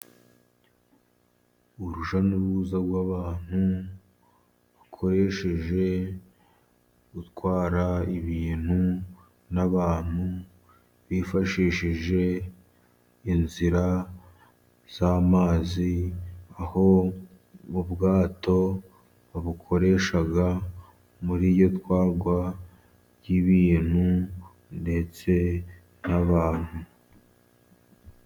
Urujya n'uruza rw'abantu ,bakoresheje gutwara ibintu n'abantu ,bifashishije inzira z'amazi aho mu bwato babukoresha muri iryo twagwa ry'ibintu ndetse n'abantu.